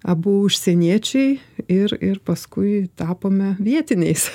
abu užsieniečiai ir ir paskui tapome vietiniais